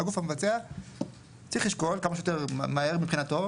הגוף המבצע צריך לשקול כמה שיותר מהר מבחינתו,